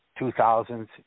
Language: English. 2000s